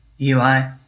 Eli